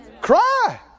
Cry